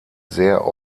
sehr